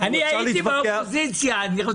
החוקים והפקודות הקיימים היום